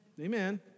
Amen